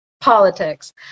politics